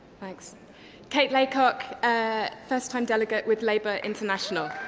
like so kate blakelock, ah first time delegate with like but international.